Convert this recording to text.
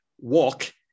walk